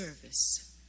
service